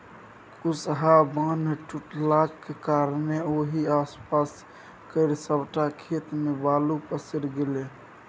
कुसहा बान्ह टुटलाक कारणेँ ओहि आसपास केर सबटा खेत मे बालु पसरि गेलै